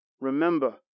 Remember